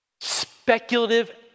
Speculative